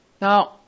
Now